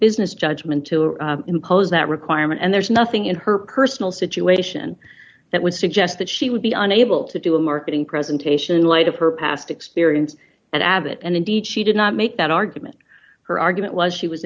business judgment to impose that requirement and there's nothing in her personal situation that would suggest that she would be unable to do a marketing presentation in light of her past experience at abbott and indeed she did not make that argument her argument was she was